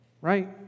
right